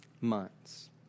months